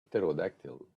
pterodactyl